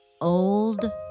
Old